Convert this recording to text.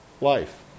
life